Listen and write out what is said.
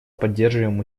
поддерживаем